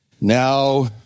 now